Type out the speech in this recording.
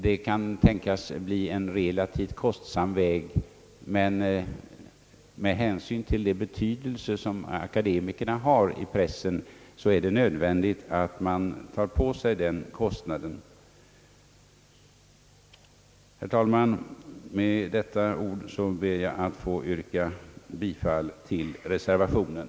Det kan tänkas bli en relativt kostsam väg, men med hänsyn till den betydelse som akademikerna har inom pressen är det nödvändigt att man tar på sig den kostnaden. Med dessa ord ber jag, herr talman, att få yrka bifall till reservationen.